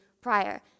prior